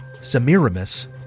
Semiramis